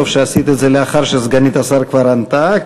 טוב שעשית את זה לאחר שסגנית השר כבר ענתה,